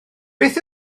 beth